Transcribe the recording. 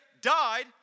died